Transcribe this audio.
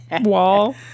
wall